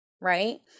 Right